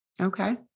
Okay